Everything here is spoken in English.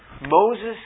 Moses